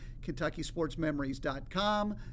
KentuckySportsMemories.com